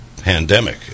pandemic